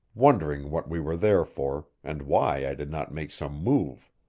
wondering what we were there for, and why i did not make some move.